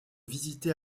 visitée